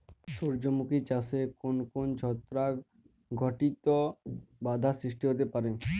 সূর্যমুখী চাষে কোন কোন ছত্রাক ঘটিত বাধা সৃষ্টি হতে পারে?